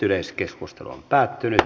yleiskeskustelu päättyi